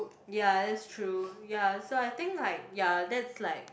ya that's true ya so I think like ya that's like